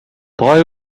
boy